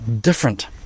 different